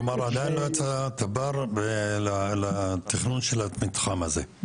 כלומר עדיין לא יצא תב"ר לתכנון של המתחם הזה.